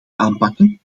aanpakken